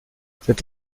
cette